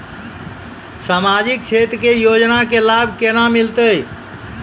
समाजिक क्षेत्र के योजना के लाभ केना मिलतै?